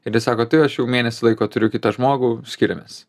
ir jinai sako tai aš jau mėnesį laiko turiu kitą žmogų skiriamės